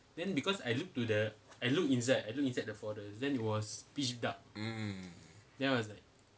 mm